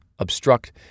obstruct